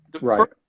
right